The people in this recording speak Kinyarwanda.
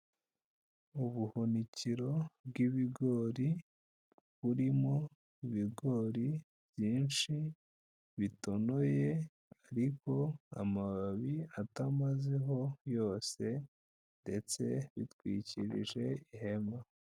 Ubuhunikiro bw'ibigori burimo ibigori byinshi bitonoye, ariko amababi atamazeho yose ndetse bitwikirije ihema.